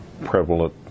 prevalent